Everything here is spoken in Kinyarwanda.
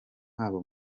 haba